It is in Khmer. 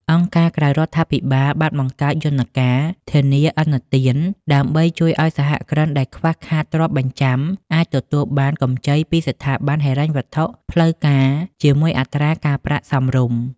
អង្គការក្រៅរដ្ឋាភិបាលបានបង្កើតយន្តការ "ធានាឥណទាន" ដើម្បីជួយឱ្យសហគ្រិនដែលខ្វះខាតទ្រព្យបញ្ចាំ អាចទទួលបានកម្ចីពីស្ថាប័នហិរញ្ញវត្ថុផ្លូវការជាមួយអត្រាការប្រាក់សមរម្យ។